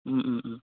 ওম ওম ওম